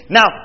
Now